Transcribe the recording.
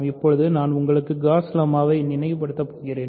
இப்போது நான் உங்களுக்காக காஸ் லெம்மாவை நினைவுபடுத்தப் போகிறேன்